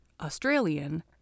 Australian